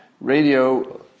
radio